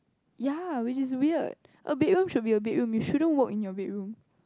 ya which is weird a bedroom should be a bedroom you shouldn't work in your bedroom